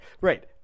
right